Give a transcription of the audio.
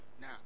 Now